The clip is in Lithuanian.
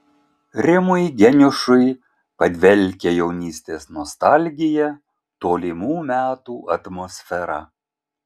rimui geniušui padvelkia jaunystės nostalgija tolimų metų atmosfera